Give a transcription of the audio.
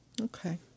Okay